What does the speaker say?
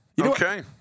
okay